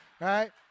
Right